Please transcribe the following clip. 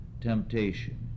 temptation